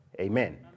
Amen